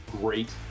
great